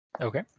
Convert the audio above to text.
Okay